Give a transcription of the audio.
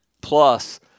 plus